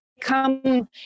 come